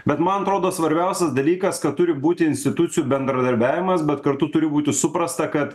bet man atrodo svarbiausias dalykas kad turi būti institucijų bendradarbiavimas bet kartu turi būti suprasta kad